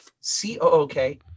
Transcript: c-o-o-k